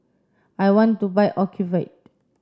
I want to buy Ocuvite